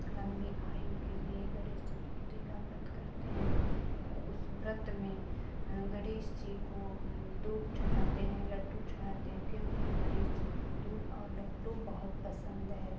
लंबी आयु के लिए गणेश चतुर्थी का व्रत करते हैं उस व्रत में गणेश जी को दूब चढ़ाते हैं लड्डू चढ़ाते हैं क्योंकि गणेश जी को दूब और लड्डू बहुत पसंद हैं